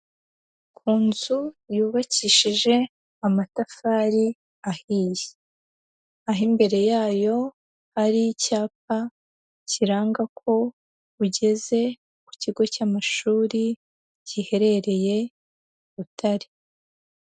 Ku nzu yubakishije amatafari ahiye, aho imbere yayo hari icyapa kiranga ko ugeze ku kigo cy'amashuri giherereye Butare.